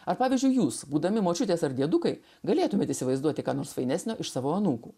ar pavyzdžiui jūs būdami močiutės ar diedukai galėtumėt įsivaizduoti kad nors fainesnio iš savo anūkų